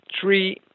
three